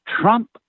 Trump